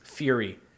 fury